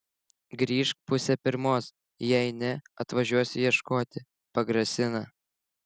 grįžk pusę pirmos jei ne atvažiuosiu ieškoti pagrasina